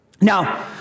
Now